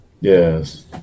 yes